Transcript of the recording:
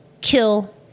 kill